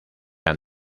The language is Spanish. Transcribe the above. han